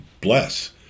bless